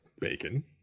bacon